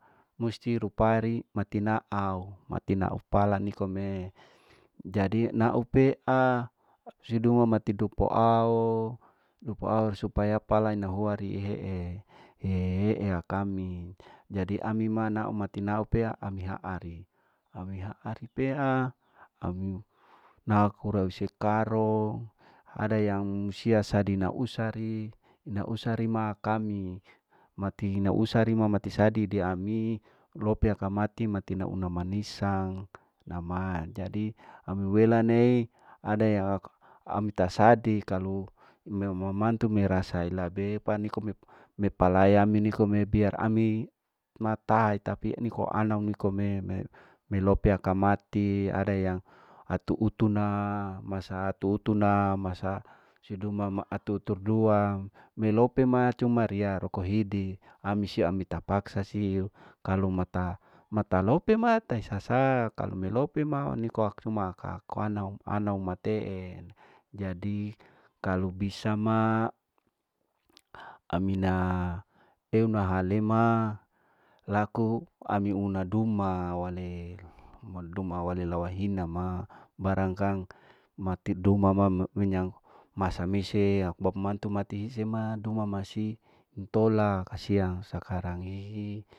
Musti rupari mati naau mati aau pala nikome jadi na au pea sidoma mati dupo au dupu au supaya lapa ina hoai riie, ee akaya kami jadi ami na mati na au pea naari naari pea au naisi karong ada yang sia sadina usari ina usari ma kami mati usari mati sadi diami lope aka mati, mati nausa manisang nam jadi ami wela nei ada yang ami tasadi kalu mama mantu merasa elabe pa nikome me palaeami nikome pea ami matahi tapi niko anau nikome me melope akamati ada yang hatu utuna masa hatu utuna masa siduimama atu tudua melope ma cuma riya roko hidi ami si ami ta paksa sih kalu mata, mata lope ma tai sasa kalu me lope kalu melope ma cuma ak aku anau anu mateeke. jadi kalu bisa ma amina heunahale ma laku ami uma duma wale. e duma wala hina na barangkang mati duma ma menyang masa mise au bapa mantu mati hise ma duma masi intola kasiang sakarang hihi.